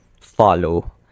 follow